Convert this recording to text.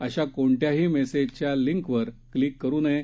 अशा कोणत्याही मेसेजच्या लिंक वर क्लिक करु नये